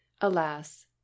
Alas